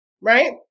right